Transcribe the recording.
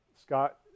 Scott